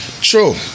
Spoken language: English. true